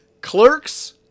Clerks